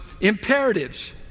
imperatives